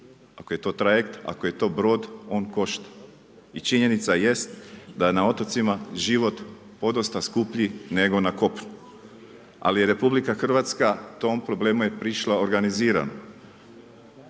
ako je to trajekt, ako je to brod, on košta i činjenica jest da na otocima život podosta skuplji, nego na kopnu. Ali je RH tom problemu je prišla organizirano.